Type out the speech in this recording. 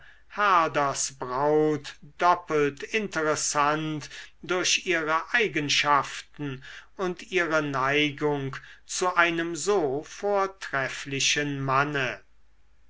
herders braut doppelt interessant durch ihre eigenschaften und ihre neigung zu einem so vortrefflichen manne